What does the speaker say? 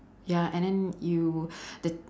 ya and then you the